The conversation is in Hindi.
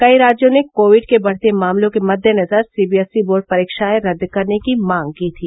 कई राज्यों ने कोविड के बढते मामलों के मद्देनजर सीबीएसई बोर्ड परीक्षाएं रद्द करने की मांग की थी